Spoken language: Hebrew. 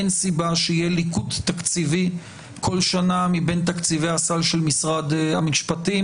אין סיבה שיהיה ליקוט תקציבי בכל שנה מבין תקציבי הסל של משרד המשפטים.